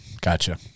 Gotcha